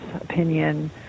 opinion